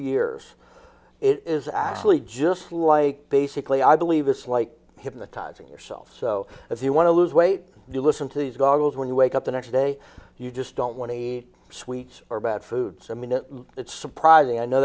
years it is actually just like basically i believe it's like hypnotizing yourself so if you want to lose weight you listen to these goggles when you wake up the next day you just don't want to eat sweets or bad foods i mean it's surprising i know